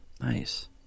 Nice